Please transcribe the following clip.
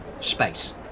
space